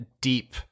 deep-